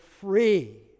free